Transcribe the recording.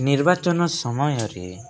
ନିର୍ବାଚନ ସମୟରେ